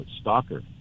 stalker